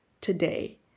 today